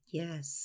yes